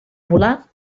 volar